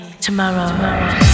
Tomorrow